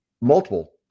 multiple